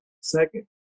Second